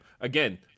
again